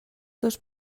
dos